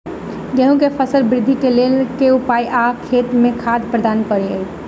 गेंहूँ केँ फसल वृद्धि केँ लेल केँ उपाय आ खेत मे खाद प्रदान कड़ी?